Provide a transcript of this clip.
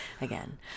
again